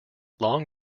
long